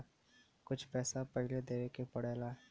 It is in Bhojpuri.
कुछ पैसा पहिले देवे के पड़ेला